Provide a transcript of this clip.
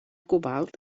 cobalt